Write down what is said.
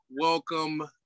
Welcome